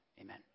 amen